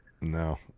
no